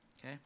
okay